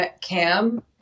Cam